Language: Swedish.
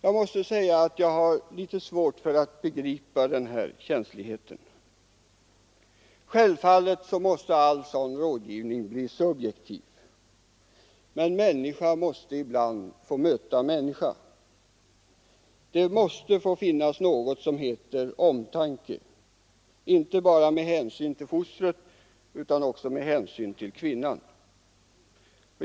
Jag har litet svårt att begripa den här känsligheten, Självfallet kan all sådan rådgivning bli subjektiv, men människa måste ibland få möta människa. Det måste få finnas något som heter omtanke, inte bara om fostret utan också om kvinnan.